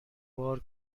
بار